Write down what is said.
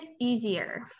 easier